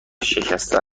شکسته